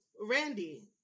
Randy